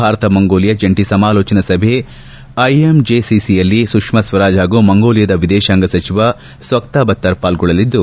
Bharat Mongolia ಜಂಟ ಸಮಾಲೋಚನಾ ಸಭೆ ಐಎಂಜೆಸಿಸಿಯಲ್ಲಿ ಸುಷ್ನಾ ಸ್ವರಾಜ್ ಹಾಗೂ ಮಂಗೋಲಿಯಾದ ವಿದೇತಾಂಗ ಸಚಿವ ಸೋಗ್ತಾಬತ್ತರ್ ಪಾಲ್ಗೊಳ್ಳಲಿದ್ದು